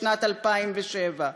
בשנת 2007,